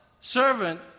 servant